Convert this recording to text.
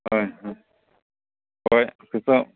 ꯍꯣꯏ ꯍꯣꯏ ꯍꯣꯏ